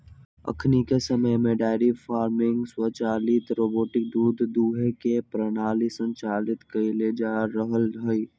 अखनिके समय में डेयरी फार्मिंग स्वचालित रोबोटिक दूध दूहे के प्रणाली संचालित कएल जा रहल हइ